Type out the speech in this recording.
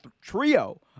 trio